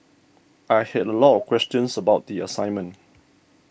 I had a lot of questions about the assignment